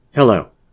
Hello